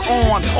on